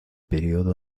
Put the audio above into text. periodo